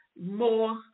more